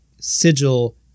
sigil